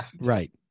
right